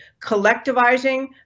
collectivizing